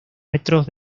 metros